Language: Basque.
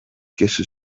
kexu